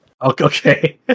Okay